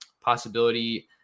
possibility